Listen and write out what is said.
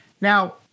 Now